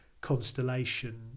constellation